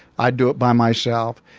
i'd do it by myself.